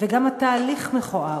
וגם התהליך מכוער.